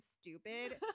stupid